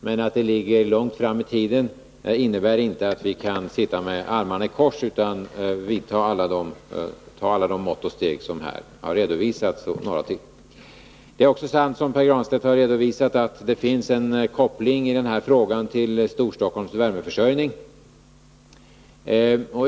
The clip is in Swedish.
Men att tidpunkten ligger långt fram i tiden innebär inte att vi kan sitta med armarna i kors, utan vi bör vidta alla de mått och steg som här har redovisats och några till. Det är också sant, som Pär Granstedt redovisat, att det finns en koppling av den här frågan till Storstockholms värmeförsörjning.